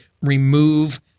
remove